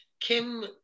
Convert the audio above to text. Kim